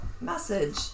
message